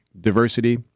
diversity